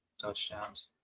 touchdowns